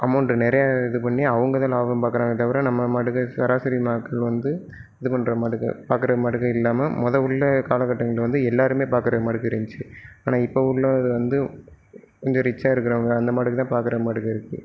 amount நிறையா இது பண்ணி அவங்கதான் லாபம் பார்க்குறாங்களே தவிர நம்ம மாட்டுக்கு சராசரி ஆட்கள் வந்து இது பண்ணுற மாட்டுக்கு பார்க்குறமாட்டுக்கு இல்லாமல் மொதல் உள்ள காலக்கட்டங்களில் வந்து எல்லாேருமே பார்க்குற மாதிரிக்கி இருந்துச்சு ஆனால் இப்போது உள்ள இது வந்து கொஞ்சம் ரிச்சாக இருக்கிறவுங்க அந்தமாட்டுக்கு தான் பார்க்குறமாட்டுக்கு இருக்குது